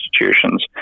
institutions